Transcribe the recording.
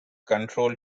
control